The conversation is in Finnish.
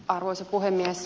arvoisa puhemies